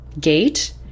gate